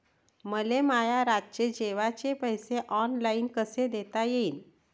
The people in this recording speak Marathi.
मले माया रातचे जेवाचे पैसे ऑनलाईन कसे देता येईन?